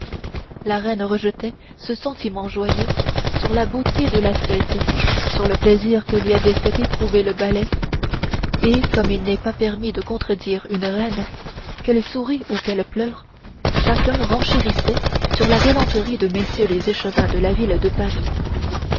la reine rejetait ce sentiment joyeux sur la beauté de la fête sur le plaisir que lui avait fait éprouver le ballet et comme il n'est pas permis de contredire une reine qu'elle sourie ou qu'elle pleure chacun renchérissait sur la galanterie de mm les échevins de la ville de paris